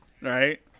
Right